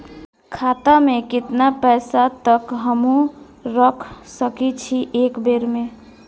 खाता में केतना पैसा तक हमू रख सकी छी एक बेर में?